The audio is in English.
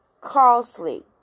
costly